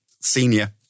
Senior